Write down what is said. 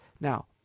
Now